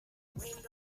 gusa